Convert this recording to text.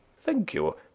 thank you.